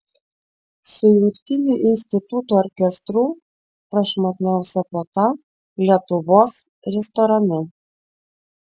su jungtiniu institutų orkestru prašmatniausia puota lietuvos restorane